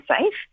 safe